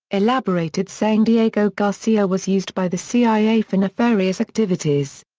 elaborated saying diego garcia was used by the cia for nefarious activities.